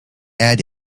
add